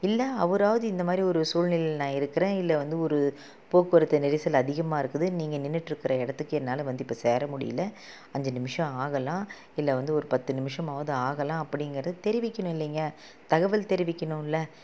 இல்லை அவராவவது இந்தமாதிரி ஒரு சூழ்நிலையில் நான் இருக்கிறேன் இல்லை வந்து ஒரு போக்குவரத்து நெரிசல் அதிகமாக இருக்குது நீங்கள் நின்றுட்ருக்குற இடத்துக்கு என்னால் வந்து இப்போ சேர முடியல அஞ்சு நிமிஷம் ஆகலாம் இல்லை வந்து ஒரு பத்து நிமிஷமாவது ஆகலாம் அப்பிடிங்கறது தெரிவிக்கணும் இல்லைங்க தகவல் தெரிவிக்கணும் இல்லை